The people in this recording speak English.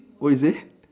what you say